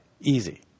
Easy